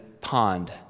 pond